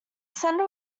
sender